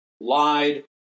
lied